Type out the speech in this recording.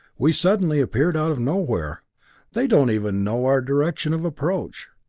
we suddenly appeared out of nowhere they don't even know our direction of approach.